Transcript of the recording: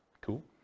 Cool